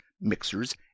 mixers